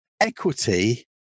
equity